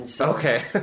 Okay